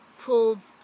pulled